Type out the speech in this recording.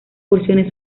porciones